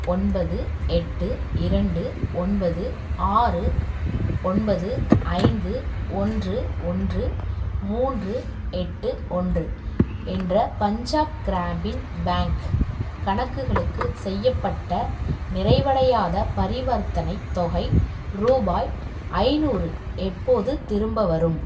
ஒன்பது எட்டு இரண்டு ஒன்பது ஆறு ஒன்பது ஐந்து ஒன்று ஒன்று மூன்று எட்டு ஒன்று என்ற பஞ்சாப் கிராமின் பேங்க் கணக்குகளுக்கு செய்யப்பட்ட நிறைவடையாத பரிவர்த்தனை தொகை ரூபாய் ஐந்நூறு எப்போது திரும்ப வரும்